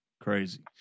crazy